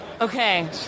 Okay